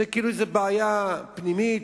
זו כאילו בעיה פנימית,